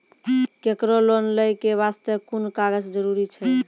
केकरो लोन लै के बास्ते कुन कागज जरूरी छै?